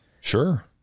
Sure